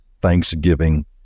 thanksgiving